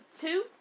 two